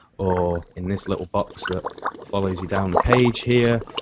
or in this little box that follows you down the page here.